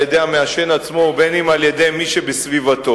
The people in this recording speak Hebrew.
של המעשן עצמו ואם של מי שבסביבתו,